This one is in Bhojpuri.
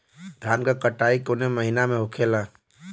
धान क कटाई कवने महीना में होखेला?